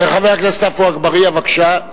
חבר הכנסת עפו אגבאריה, בבקשה.